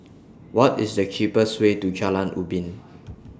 What IS The cheapest Way to Jalan Ubin